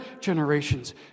generations